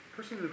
person